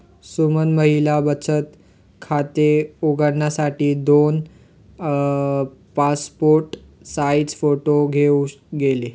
सुमन महिला बचत खाते उघडण्यासाठी दोन पासपोर्ट साइज फोटो घेऊन गेली